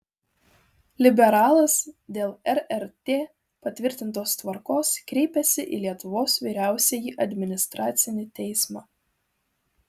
liberalas dėl rrt patvirtintos tvarkos kreipėsi į lietuvos vyriausiąjį administracinį teismą